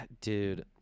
Dude